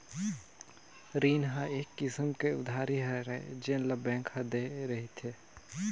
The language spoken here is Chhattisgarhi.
रीन ह एक किसम के उधारी हरय जेन ल बेंक ह दे रिथे